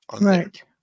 Right